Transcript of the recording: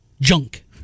Junk